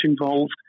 involved